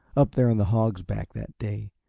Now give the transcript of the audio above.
up there on the hog's back that day.